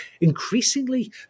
increasingly